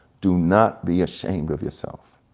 do not be ashamed of yourself.